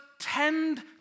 tend